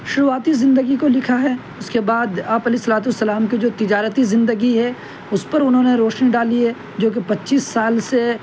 شروعاتی زندگی کو لکھا ہے اس کے بعد آپ علیہ الصلاۃ والسلام کی جو تجارتی زندگی ہے اس پر انہوں نے روشنی ڈالی ہے جو کہ پچیس سال سے